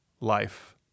life